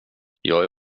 jag